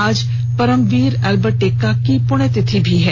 आज परमवीर अल्बर्ट एक्का की पुण्यतिथि भी है